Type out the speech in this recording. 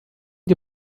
die